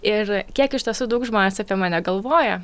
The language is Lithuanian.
ir kiek iš tiesų daug žmonės apie mane galvoja